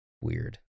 Weird